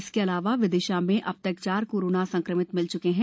इसके अलावा विदिशा में अब तक चार कोरोना संक्रमित मिल चुके हैं